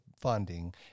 funding